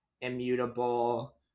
Immutable